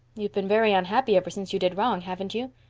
you've been very unhappy ever since you did wrong, haven't you?